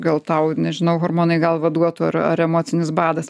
gal tau nežinau hormonai į galvą duotų ar ar emocinis badas